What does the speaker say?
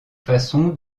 façons